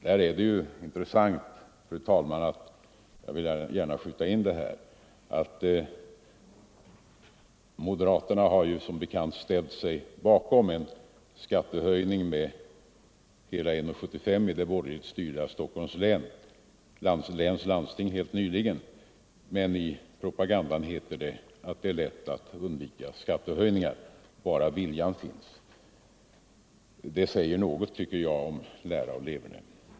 Här är det intressant att konstatera — jag vill gärna skjuta in det — att moderaterna ju helt nyligen har ställt sig bakom en skattehöjning med hela 1:75 kronor i det borgerligt styrda Stockholms läns landsting. Men i propagandan heter det, att det är lätt att undvika skattehöjningar om bara viljan finns. Det säger något tycker jag om lära och leverne.